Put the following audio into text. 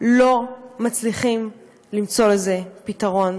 לא מצליחים למצוא לזה פתרון.